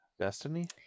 Destiny